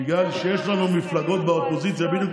בגלל שיש לנו מפלגות באופוזיציה, זו טעות, ביטן.